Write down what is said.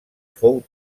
fou